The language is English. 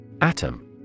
Atom